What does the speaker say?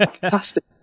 fantastic